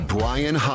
Brian